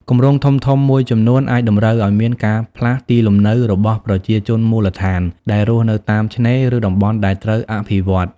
គម្រោងធំៗមួយចំនួនអាចតម្រូវឲ្យមាន ការផ្លាស់ទីលំនៅរបស់ប្រជាជនមូលដ្ឋាន ដែលរស់នៅតាមឆ្នេរ ឬតំបន់ដែលត្រូវអភិវឌ្ឍ។